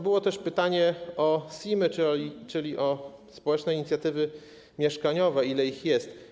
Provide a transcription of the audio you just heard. Było też pytanie o SIM-y, czyli społeczne inicjatywy mieszkaniowe, ile ich jest.